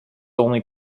only